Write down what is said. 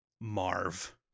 Marv